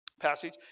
passage